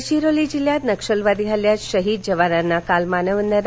गडघिरोली जिल्ह्यात नक्षलवादी हल्ल्यात शहीद जवानांना काल मानवंदना